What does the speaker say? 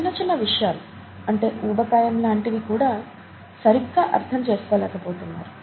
చిన్న చిన్న విషయాలు అంటే ఊబకాయం లాంటి వి కూడా సరిగ్గా అర్థం చేసుకోలేకపోతున్నారు